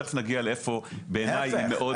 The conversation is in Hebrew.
תכף נגיע לאיפה בעיניי --- להפך,